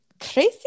crazy